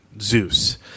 Zeus